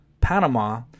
Panama